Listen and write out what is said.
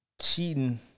cheating